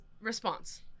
response